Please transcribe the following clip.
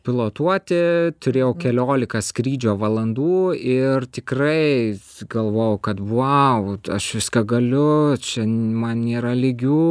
pilotuoti turėjau keliolika skrydžio valandų ir tikrai galvojau kad vau aš viską galiu čia man nėra lygių